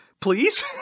please